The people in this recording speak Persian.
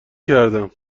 کردم